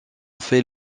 fait